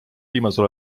viimasel